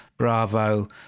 Bravo